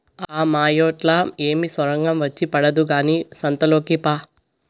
ఆ మాయేట్లా ఏమి సొరంగం వచ్చి పడదు కానీ సంతలోకి పా